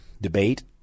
debate